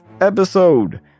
episode